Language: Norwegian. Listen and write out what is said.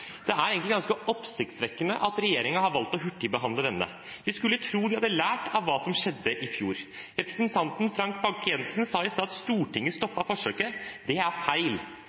Det er egentlig ganske oppsiktsvekkende at regjeringen har valgt å hurtigbehandle denne. En skulle tro de hadde lært av hva som skjedde i fjor. Representanten Frank Bakke-Jensen sa i stad at Stortinget stoppet forsøket. Det er feil.